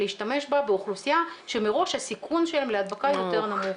להשתמש בה באוכלוסייה שמראש הסיכון שלהם להדבקה הוא יותר נמוך,